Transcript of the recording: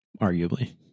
arguably